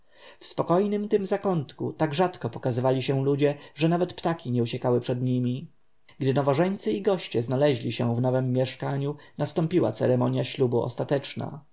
spokojnym tym zakątku tak rzadko pokazywali się ludzie że nawet ptaki nie uciekały przed nimi gdy nowożeńcy i goście znaleźli się w nowem mieszkaniu nastąpiła ceremonja ślubu ostateczna